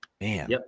man